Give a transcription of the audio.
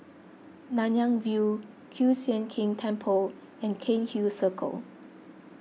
Nanyang View Kiew Sian King Temple and Cairnhill Circle